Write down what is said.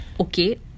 okay